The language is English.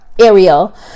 Ariel